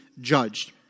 judged